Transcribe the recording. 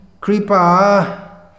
Kripa